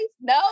No